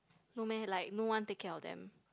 no meh like no one take care of them